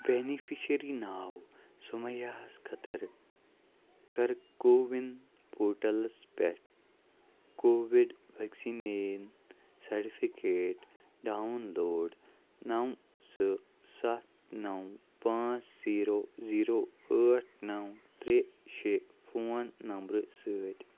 beneficiary ناو سُمَیاہَس خٲطٕر کَر کووِن پورٹَلَس پٮ۪ٹھ کووِڈ وٮ۪کسِنین سَٹفِکیٹ ڈاوُن لوڈ نَو زٕ سَتھ نَو پانٛژھ زیٖرو زیٖرو ٲٹھ نَو ترٛےٚ شےٚ فون نَمبرٕ سۭتۍ